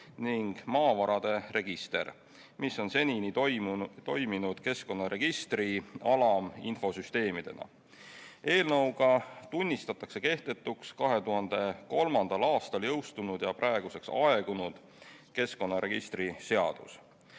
ning maavarade register, mis on senini toiminud keskkonnaregistri alaminfosüsteemidena. Eelnõuga tunnistatakse kehtetuks 2003. aastal jõustunud ja praeguseks aegunud keskkonnaregistri seadus.